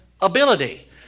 ability